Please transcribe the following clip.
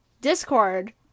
Discord